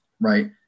right